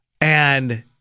and-